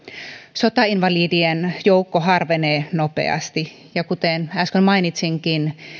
sotainvalidien joukko harvenee nopeasti ja kuten äsken mainitsinkin